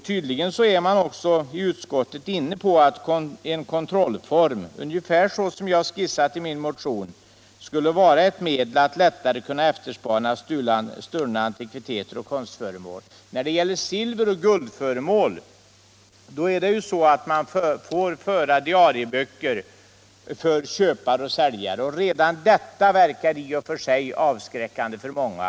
Tydligen är också utskottet inne på att en kontrollform, ungefär så som jag skisserat den i min motion, skulle vara ett medel att lättare kunna efterspana stulna antikviteter och konstföremål. När det gäller silveroch guldföremål får man föra diarieböcker för köpare och säljare, och redan detta verkar i och för sig avskräckande för många.